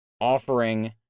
offering